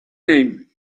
name